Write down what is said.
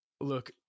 Look